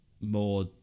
more